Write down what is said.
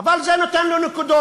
אבל זה נותן לו נקודות,